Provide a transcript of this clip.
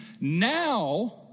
Now